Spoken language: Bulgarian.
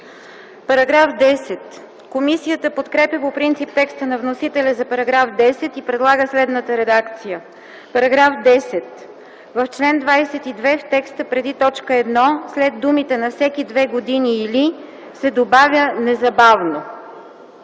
Параграф 10. Комисия подкрепя по принцип текста на вносителя за § 10 и предлага следната редакция: „§ 10. В чл. 22 в текста преди т. 1, след думите „на всеки две години или” се добавя „незабавно”.”